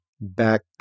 back